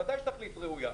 ודאי שהתכלית ראויה,